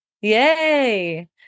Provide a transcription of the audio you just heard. Yay